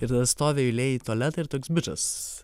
ir stovi eilėj į tualetą ir toks bičas